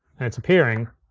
and it's appearing.